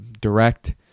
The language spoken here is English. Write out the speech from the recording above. direct